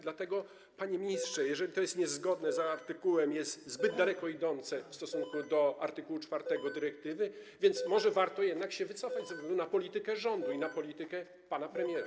Dlatego, panie ministrze, jeżeli to jest niezgodne, jest zbyt daleko idące w stosunku do art. 4 dyrektywy, może warto jednak się wycofać ze względu na politykę rządu i na politykę pana premiera?